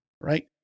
right